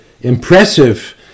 impressive